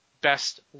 best